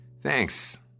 thanks